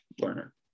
learner